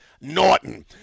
Norton